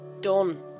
done